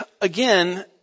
again